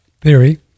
theory